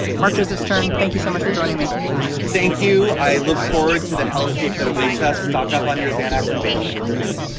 mark joseph stern, thank you so much for joining me thank you. i look forward to the hell scape that awaits us. stock up on your xanax and beta blockers